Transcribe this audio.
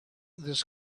this